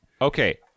Okay